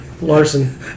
larson